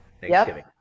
thanksgiving